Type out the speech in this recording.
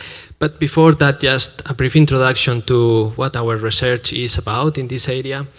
but before that, just a brief introduction to what our research is about in this area.